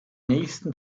nächsten